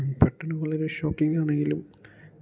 പെട്ടെന്നു വളരെ ഷോക്കിങ്ങാണെങ്കിലും